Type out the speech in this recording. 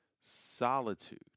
solitude